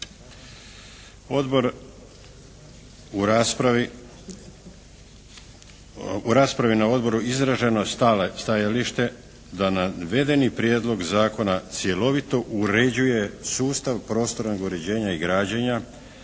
u raspravi na odboru izraženo je stajalište da navedeni prijedlog zakona cjelovito uređuje sustav prostornog uređenja i građenja,